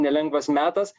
nelengvas metas